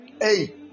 Hey